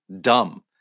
dumb